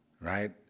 right